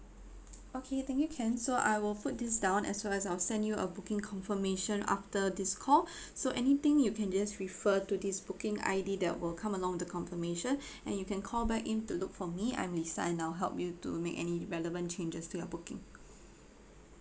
okay thank you ken so I will put this down as well as I'll send you a booking confirmation after this call so anything you can just refer to this booking I_D that will come along with the confirmation and you can call back in to look for me I'm lisa and I'll help you to make any relevant changes to your booking